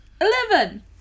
Eleven